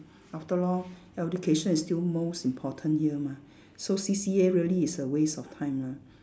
after all education is still most important here mah so C_C_A really is a waste of time lah